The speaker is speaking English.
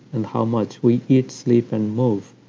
and how much we eat, sleep, and move,